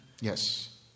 Yes